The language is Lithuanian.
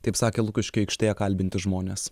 taip sakė lukiškių aikštėje kalbinti žmones